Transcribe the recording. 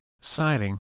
siding